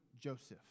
Joseph